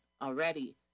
already